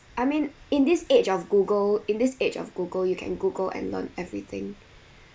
I mean in this age of Google in this age of Google you can Google and learn everything